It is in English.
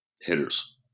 hitters